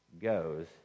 goes